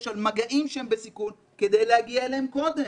על מגעים שהם בסיכון כדי להגיע אליהם קודם.